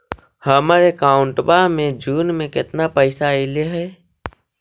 हमर अकाउँटवा मे जून में केतना पैसा अईले हे?